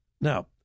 Now